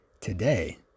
today